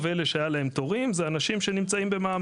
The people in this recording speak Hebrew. מותר לו?